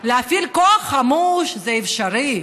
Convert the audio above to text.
להפעיל כוח חמוש זה אפשרי,